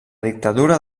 dictadura